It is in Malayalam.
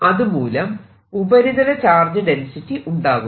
അതുമൂലം ഉപരിതല ചാർജ് ഡെൻസിറ്റി ഉണ്ടാകുന്നു